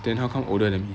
then how come older than me